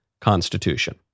constitution